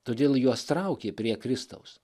todėl juos traukė prie kristaus